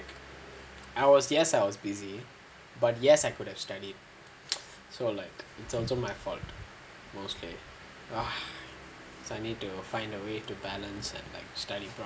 I was yes I was busy but yes I could have studied so like it's also my fault lah mostly so I need to find a way to balance and like study